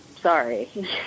sorry